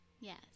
Yes